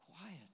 quiet